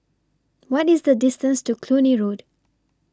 What IS The distance to Cluny Road